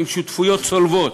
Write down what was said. עם שותפויות צולבות.